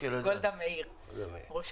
גולדה מאיר, ראש